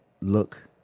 look